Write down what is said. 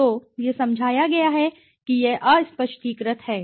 तो यह समझाया गया है यह अस्पष्टीकृत है